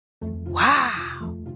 Wow